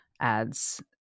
ads